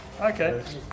Okay